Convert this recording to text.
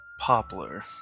Poplar